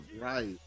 Right